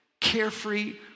Carefree